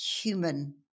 human